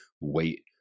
wait